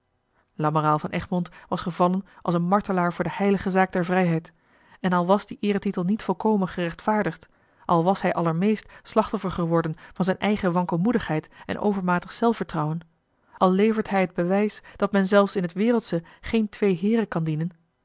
lamoraal van egmond was gevallen als een martelaar voor de heilige zaak der vrijheid en al was die eeretitel niet volkomen gerechtvaardigd al was hij allermeest slachtoffer geworden van zijne eigene wankelmoedigheid en overmatig zelfvertrouwen al levert hij het bewijs dat men zelfs in het wereldsche geen twee heeren kan dienen